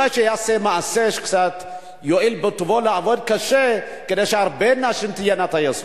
אולי שיעשה מעשה ויואיל בטובו לעבוד קשה כדי שהרבה נשים תהיינה טייסות.